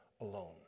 alone